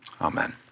Amen